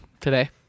today